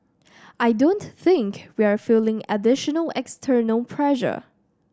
I don't think we're feeling additional external pressure